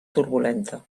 turbulenta